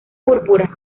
púrpura